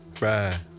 Right